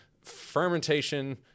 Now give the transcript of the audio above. fermentation